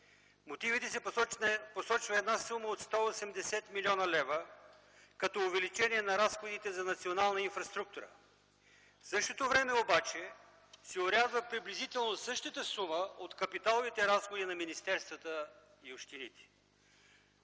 мотивите се посочва една сума от 180 млн. лв., като увеличение на разходите за национална инфраструктура. А в същото време обаче се орязва приблизително същата сума от капиталовите разходи на министерствата и общините.